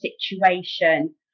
situation